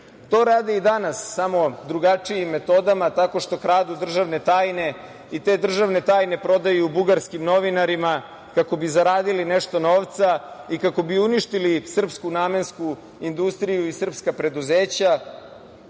To rade i danas, samo drugačijim metodama, tako što kradu državne tajne i te državne tajne prodaju bugarskim novinarima, kako bi zaradili nešto novca i kako bi uništili srpsku namensku industriju i srpska preduzeća,